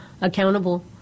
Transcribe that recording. accountable